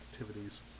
activities